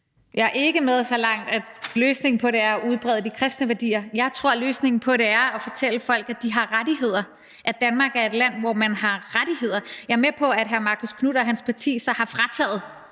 Jeg er ikke med så langt, at løsningen på det er at udbrede de kristne værdier. Jeg tror, at løsningen på det er at fortælle folk, at de har rettigheder – at Danmark er et land, hvor man har rettigheder. Jeg er med på, at hr. Marcus Knuth og hans parti så har frataget